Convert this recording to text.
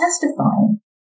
testifying